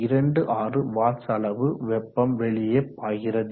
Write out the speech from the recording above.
26 watts அளவு வெப்பம் வெளியே பாய்கிறது